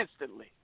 instantly